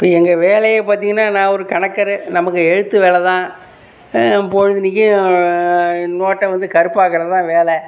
இப்போ எங்கள் வேலையே பார்த்தீங்கன்னா நான் ஒரு கணக்கர் நமக்கு எழுத்து வேலை தான் பொழுதன்னைக்கும் நோட்டை வந்து கருப்பாக்குறது தான் வேலை